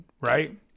right